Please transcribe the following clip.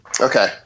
Okay